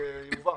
זה יובא.